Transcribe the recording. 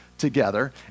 Together